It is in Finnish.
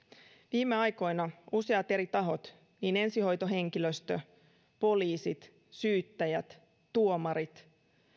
viime aikoina useat eri tahot ensihoitohenkilöstö poliisit syyttäjät tuomarit